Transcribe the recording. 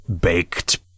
baked